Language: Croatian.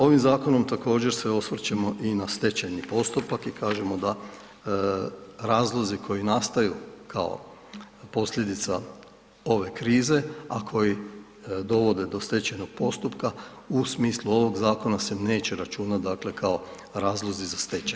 Ovim zakonom također se osvrćemo i na stečajni postupak i kažemo da razlozi koji nastaju kao posljedica ove krize, a koji dovode do stečajnog postupka, u smislu ovog zakona se neće računat, dakle kao razlozi za stečaj.